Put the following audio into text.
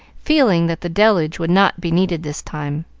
feeling that the deluge would not be needed this time.